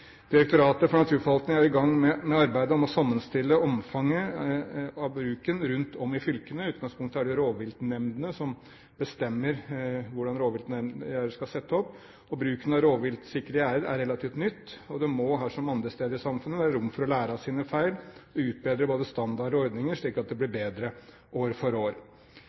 Direktoratet for naturforvaltning er i gang med arbeidet med å sammenstille omfanget av bruken rundt om i fylkene. I utgangspunktet er det rovviltnemndene som bestemmer hvordan rovviltgjerder skal settes opp. Bruken av rovviltsikre gjerder er relativt ny, og det må her, som andre steder i samfunnet, være rom for å lære av sine feil og utbedre både standarder og ordninger, slik at det blir bedre år for år.